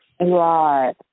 Right